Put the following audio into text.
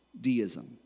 deism